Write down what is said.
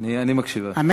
אני מקשיב לך.